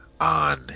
On